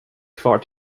kvar